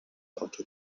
auto